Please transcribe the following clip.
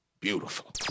Beautiful